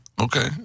Okay